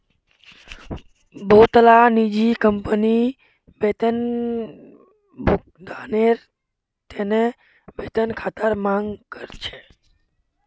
बहुतला निजी कंपनी वेतन भुगतानेर त न वेतन खातार मांग कर छेक